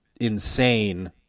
insane